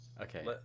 okay